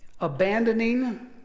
abandoning